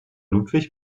ludwig